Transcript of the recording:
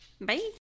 Bye